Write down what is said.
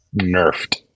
nerfed